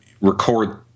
record